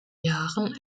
jahren